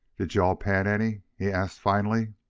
did you-all pan any? he asked finally.